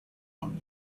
one